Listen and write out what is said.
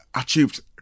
achieved